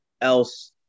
else